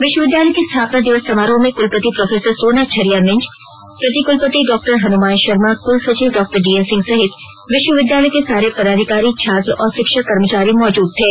विश्वविद्यालय के स्थापना दिवस समारोह में कुलपति प्रोफसर सोनाझरिया मिंज प्रतिकुलपति डॉ हनुमान शर्मा कुलसचिव डॉ डीएन सिंह सहित विवि के सारे पदाधिकारी छात्र और शिक्षक कर्मचारी मौजूद थे